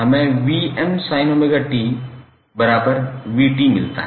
हमें 𝑉𝑚sin𝜔𝑡𝑣𝑡 मिलता है